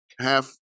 half